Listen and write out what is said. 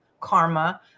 karma